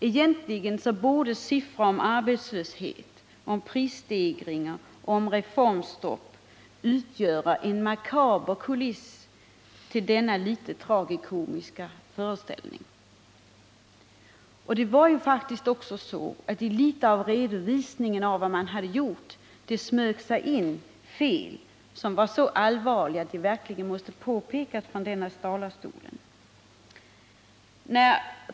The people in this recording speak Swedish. Egentligen borde siffror om arbetslöshet, prisstegringar och reformstopp utgöra en makaber kuliss till denna något tragikomiska föreställning. Och i redovisningen över vad man hade gjort smög det sig också in fel som var så allvarliga att de måste påpekas från kammarens talarstol.